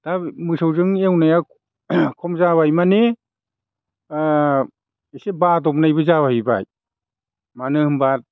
दा मोसौजों एवनाया खम जाबाय माने एसे बादबनायबो जाहैबाय मानो होनबा